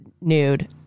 nude